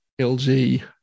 LG